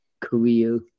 career